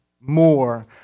more